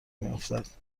میافتد